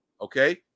Okay